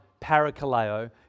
paracaleo